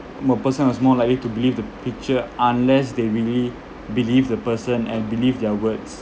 a person is more likely to believe the picture unless they really believe the person and believe their words